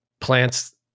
plants